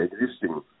existing